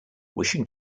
wishing